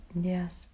yes